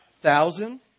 thousand